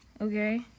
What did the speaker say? okay